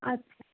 আচ্ছা